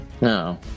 No